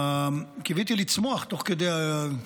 קיוויתי לצמוח תוך כדי הדיבור.